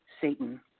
Satan